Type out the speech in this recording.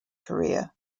career